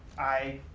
i